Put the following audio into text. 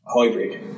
hybrid